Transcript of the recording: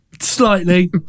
slightly